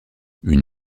une